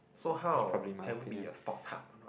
so how can we be a sports hub or not